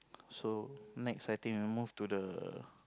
so next I think we move to the